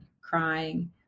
crying